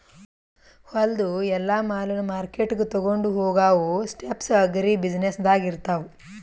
ಹೊಲದು ಎಲ್ಲಾ ಮಾಲನ್ನ ಮಾರ್ಕೆಟ್ಗ್ ತೊಗೊಂಡು ಹೋಗಾವು ಸ್ಟೆಪ್ಸ್ ಅಗ್ರಿ ಬ್ಯುಸಿನೆಸ್ದಾಗ್ ಇರ್ತಾವ